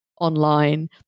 online